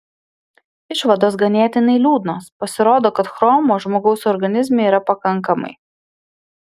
išvados ganėtinai liūdnos pasirodo kad chromo žmogaus organizme yra pakankamai